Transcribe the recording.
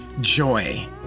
joy